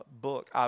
book